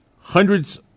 hundreds